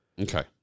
Okay